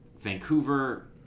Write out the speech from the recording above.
vancouver